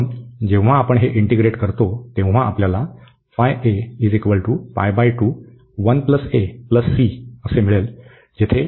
म्हणून जेव्हा आपण हे इंटीग्रेट करतो तेव्हा आपल्याला मिळेल